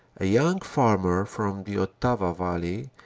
a young farmer from the ottawa valley,